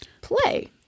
play